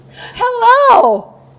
Hello